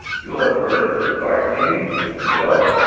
you have heard of this garden, maybe? and the bells?